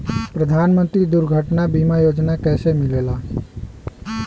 प्रधानमंत्री दुर्घटना बीमा योजना कैसे मिलेला?